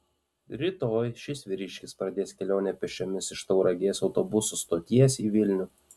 rytoj šis vyriškis pradės kelionę pėsčiomis iš tauragės autobusų stoties į vilnių